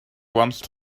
once